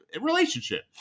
relationship